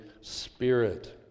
Spirit